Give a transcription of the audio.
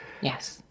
Yes